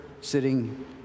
sitting